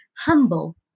Humble